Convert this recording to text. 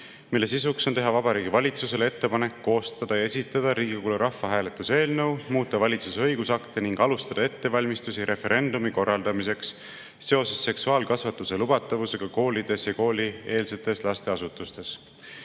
mille sisu on teha Vabariigi Valitsusele ettepanek koostada ja esitada Riigikogule rahvahääletuse eelnõu, muuta valitsuse õigusakte ning alustada ettevalmistusi referendumi korraldamiseks seoses seksuaalkasvatuse lubatavusega koolides ja koolieelsetes lasteasutustes. Vabas